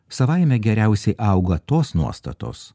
savaime geriausiai auga tos nuostatos